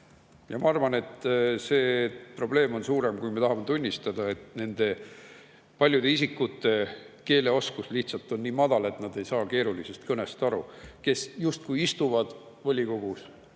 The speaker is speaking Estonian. Ja ma arvan, et see probleem on suurem, kui me tahame tunnistada. Paljude isikute keeleoskus on lihtsalt nii madal, et nad ei saa keerulisest kõnest aru. Nad istuvad volikogus,